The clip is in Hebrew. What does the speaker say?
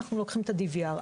אנחנו לוקחים את ה-DVR.